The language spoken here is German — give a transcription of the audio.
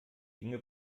dinge